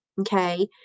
okay